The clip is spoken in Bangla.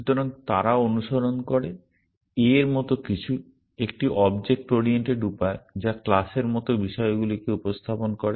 সুতরাং তারা অনুসরণ করে a এর মত কিছু একটি অবজেক্ট ওরিয়েন্টেড উপায় যা ক্লাসের মত বিষয়গুলিকে উপস্থাপন করে